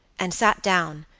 and sat down,